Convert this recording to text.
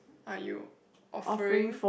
!aiyo! offering